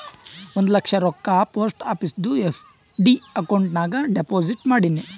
ಒಂದ್ ಲಕ್ಷ ರೊಕ್ಕಾ post ಆಫೀಸ್ದು FD account ನಾಗ್ deposit ಮಾಡಿನ್